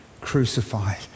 crucified